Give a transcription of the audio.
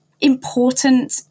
important